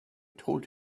told